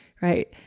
right